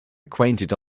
acquainted